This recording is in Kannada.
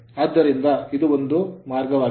ಆದ್ದರಿಂದ ಇದು ಒಂದು ಮಾರ್ಗವಾಗಿದೆ